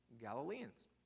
Galileans